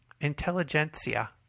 intelligentsia